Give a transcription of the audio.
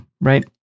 right